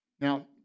Now